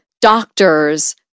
doctors